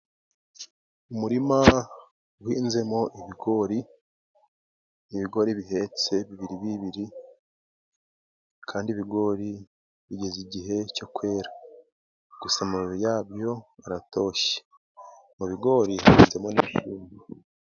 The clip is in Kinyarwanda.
Umurima wihinzemo ibigori ibigori bihetse bibiri bibiri, kandi ibigori bigeze igihe cyo kwera, gusa amababi yabyo aratoshye mu bigori hatsemo n'ibikumbi.